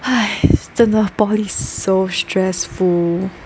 !hais! 真的 poly so stressful